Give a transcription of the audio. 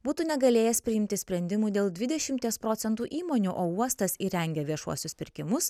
būtų negalėjęs priimti sprendimų dėl dvidešimties procentų įmonių o uostas įrengia viešuosius pirkimus